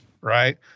right